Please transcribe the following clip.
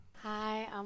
Hi